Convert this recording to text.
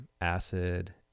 Acid